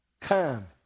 come